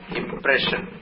impression